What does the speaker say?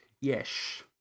Yes